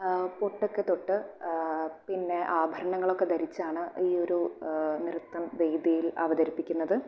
പൊട്ടക്കെ തൊട്ട് പിന്നെ ആഭരണങ്ങളൊക്കെ ധരിച്ചാണ് ഈ ഒരു നൃത്തം വേദിയിൽ അവതരിപ്പിക്കുന്നത്